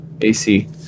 AC